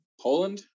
Poland